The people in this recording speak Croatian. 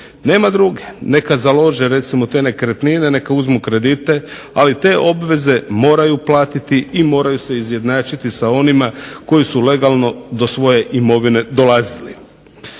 Nema druge. Neka založe te nekretnine, neka uzmu kredite ali te obveze moraju platiti i moraju se izjednačiti sa onima koji su legalno do svoje imovine dolazili.